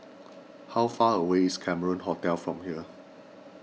how far away is Cameron Hotel from here